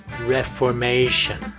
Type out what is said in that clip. reformation